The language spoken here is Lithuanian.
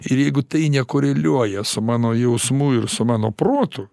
ir jeigu tai nekoreliuoja su mano jausmu ir su mano protu